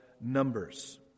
numbers